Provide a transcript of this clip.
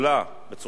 בצורה חדה,